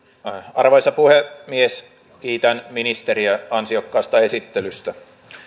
arvoisa puhemies kiitän ministeriä ansiokkaasta esittelystä